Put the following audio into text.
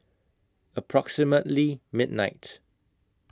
approximately midnight